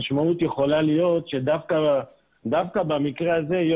המשמעות יכולה להיות שדווקא במקרה הזה יהיה